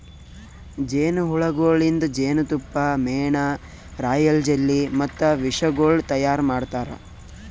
ಜೇನು ಹುಳಗೊಳಿಂದ್ ಜೇನತುಪ್ಪ, ಮೇಣ, ರಾಯಲ್ ಜೆಲ್ಲಿ ಮತ್ತ ವಿಷಗೊಳ್ ತೈಯಾರ್ ಮಾಡ್ತಾರ